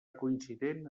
coincident